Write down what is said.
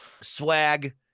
swag